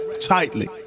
tightly